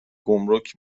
گمرک